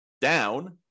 down